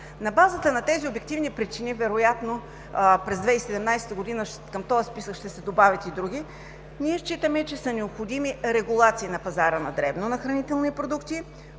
На базата на тези обективни причини вероятно през 2017 г. към този списък ще се добавят и други. Необходими са регулации на пазара на дребно на хранителни продукти,